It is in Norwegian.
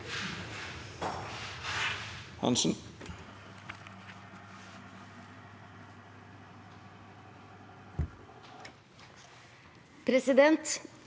Presidenten